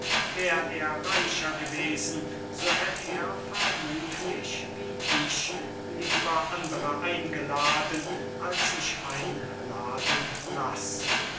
wär er reicher gewesen so hätt er vermuthlich wie ich lieber andere eingeladen als sich einladen lassen